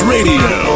Radio